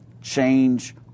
change